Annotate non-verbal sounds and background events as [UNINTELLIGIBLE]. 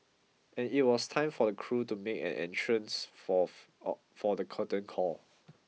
and it was time for the crew to make an entrance for [UNINTELLIGIBLE] for the curtain call